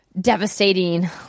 devastating